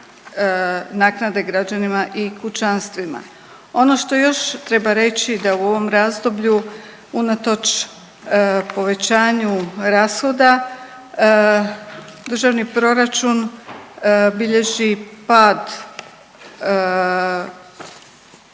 naknade građanima i kućanstvima. Ono što još treba reći da u ovom razdoblju unatoč povećanju rashoda državni proračun bilježi pad,